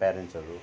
प्यारेन्ट्सहरू